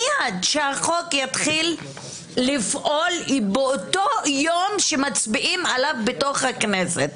מייד שהחוק יתחיל לפעול באותו יום שמצביעים עליו בתוך הכנסת.